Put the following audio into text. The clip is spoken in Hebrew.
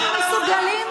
אנחנו לא רוצים את זה.